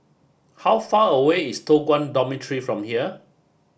how far away is Toh Guan Dormitory from here